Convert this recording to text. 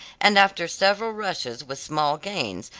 and after several rushes with small gains,